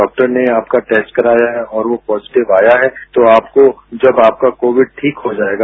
doctor ने आप का टेस्ट कराया है और वह पॉजिटिव आया है तो आपको जब आपका कोविड ठीक हो जायेगा